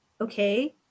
okay